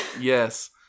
Yes